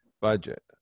budget